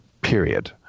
Period